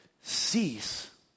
Cease